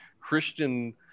Christian